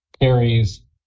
carries